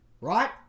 Right